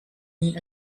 zei